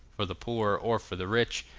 for the poor or for the rich,